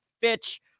Fitch